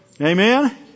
Amen